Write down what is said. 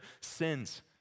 sins